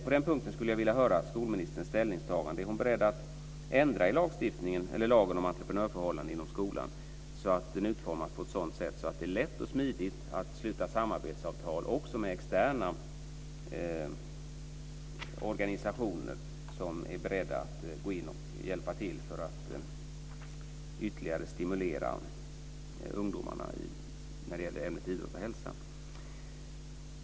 På den punkten skulle jag vilja höra skolministerns ställningstagande. Är hon beredd att ändra i lagen om entreprenörförhållanden inom skolan, så att den utformas på ett sådant sätt att det blir lätt och smidigt att sluta samarbetsavtal också med externa organisationer som är beredda att gå in och hjälpa till för att ytterligare stimulera ungdomarna när det gäller ämnet idrott och hälsa?